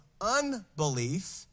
unbelief